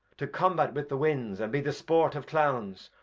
to combat with the winds, and be the sport of clowns,